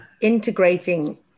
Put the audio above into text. integrating